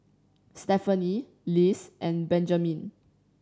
Stephany Liz and Benjamine